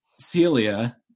Celia